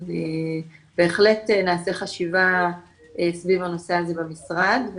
אבל בהחלט נעשה חשיבה סביב הנושא הזה במשרד,